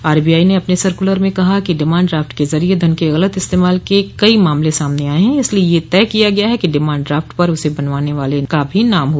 RBI ने अपने circular में कहा है कि डिमांड ड्राफ्ट के जरिए धन के गलत इस्तमाल के कई मामले सामने आए हैं इसलिए यह तय किया गया है कि डिमांड ड्राफ्ट पर उसे बनवाने वाले का भी नाम हो